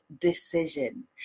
decision